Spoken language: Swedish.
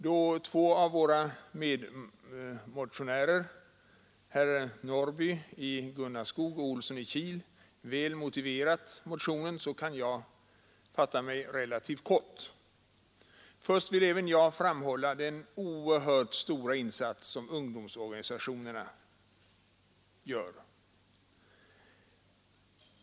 Då två av våra medmotionärer, herrar Norrby i Gunnarskog och Olsson i Kil, väl motiverat motionen kan jag fatta mig relativt kort. Först vill även jag framhålla den oerhört stora insats som ungdomsorganisationerna gör.